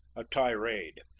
a tirade.